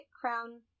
Crown